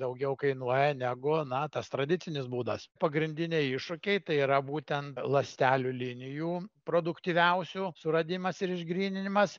daugiau kainuoja negu na tas tradicinis būdas pagrindiniai iššūkiai tai yra būtent ląstelių linijų produktyviausių suradimas ir išgryninimas